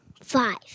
Five